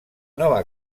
nova